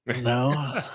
No